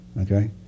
Okay